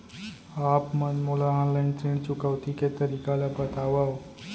आप मन मोला ऑनलाइन ऋण चुकौती के तरीका ल बतावव?